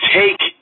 take